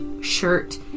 shirt